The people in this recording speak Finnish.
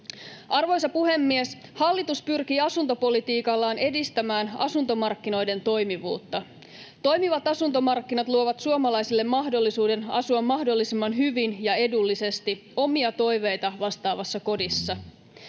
Arvoisa puhemies! Hallitus pyrkii asuntopolitiikallaan edistämään asuntomarkkinoiden toimivuutta. Toimivat asuntomarkkinat luovat suomalaisille mahdollisuuden asua mahdollisimman hyvin ja edullisesti, omia toiveita vastaavassa kodissa.